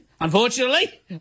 unfortunately